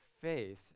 faith